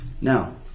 Now